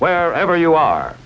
wherever you are